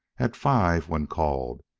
at five, when called,